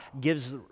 gives